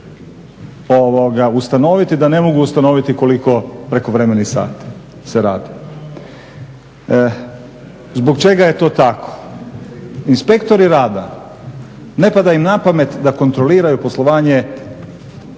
da ne mogu ustanoviti koliko prekovremenih sati se radilo. Zbog čega je to tako? Inspektori rada ne pada im na pamet da kontroliraju poslovanje